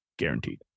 guaranteed